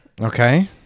okay